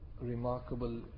Remarkable